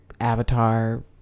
Avatar